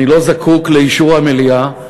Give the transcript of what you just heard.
אני לא זקוק לאישור המליאה,